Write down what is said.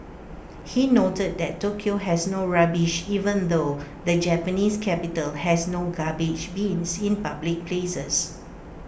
he noted that Tokyo has no rubbish even though the Japanese capital has no garbage bins in public places